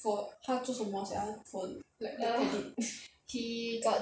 for 他做什么 sia for like what